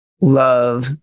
love